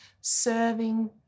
serving